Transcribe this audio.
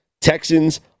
Texans